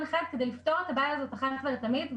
אחד כדי לפתור את הבעיה הזאת אחת ולתמיד,